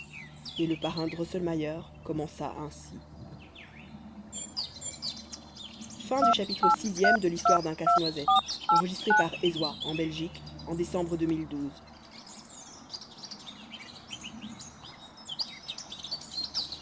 et le parrain drosselmayer commença ainsi